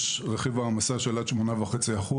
יש רכיב העמסה של עד 8.5%,